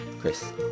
Chris